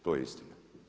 To je istina.